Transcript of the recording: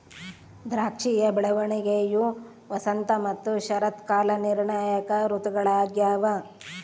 ದ್ರಾಕ್ಷಿಯ ಬೆಳವಣಿಗೆಯು ವಸಂತ ಮತ್ತು ಶರತ್ಕಾಲ ನಿರ್ಣಾಯಕ ಋತುಗಳಾಗ್ಯವ